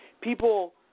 People –